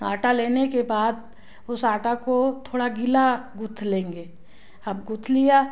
आटा लेने के बाद उस आटा को थोड़ा गीला गूँथ लेंगे अब गूँथ लिया